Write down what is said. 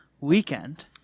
weekend